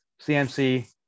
CMC